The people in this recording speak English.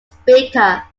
speaker